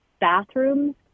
bathrooms